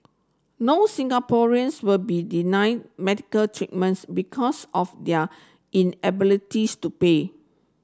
no Singaporeans will be denied medical treatments because of their inabilities to pay